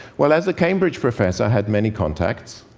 well, as a cambridge professor, i had many contacts.